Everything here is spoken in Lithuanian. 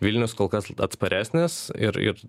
vilnius kol kas atsparesnis ir ir